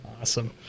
Awesome